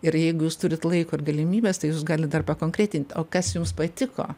ir jeigu jūs turit laiko ir galimybes tai jus gali dar pakonkretint o kas jums patiko